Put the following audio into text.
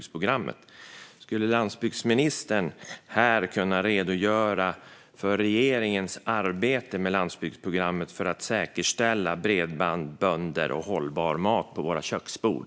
Skulle landsbygdsministern här kunna redogöra för regeringens arbete med landsbygdsprogrammet för att säkerställa bredband, bönder och hållbar mat på våra köksbord?